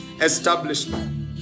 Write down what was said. Establishment